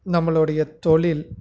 நம்மளுடைய தொழில்